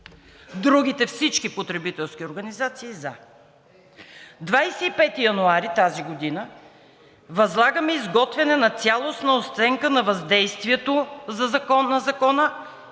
други потребителски организации „за“. На 25 януари тази година възлагаме изготвяне на цялостна оценка на въздействието на Закона